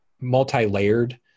multi-layered